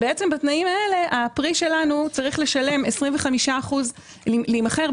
בתנאים האלה הפרי שלנו צריך להימכר ב-25% פחות